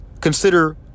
consider